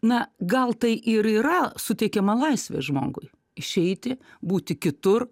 na gal tai ir yra suteikiama laisvė žmogui išeiti būti kitur